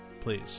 Please